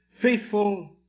faithful